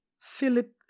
Philip